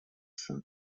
шаг